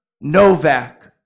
Novak